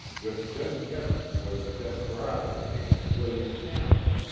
with jesse evans was a desperado named william campbell.